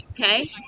Okay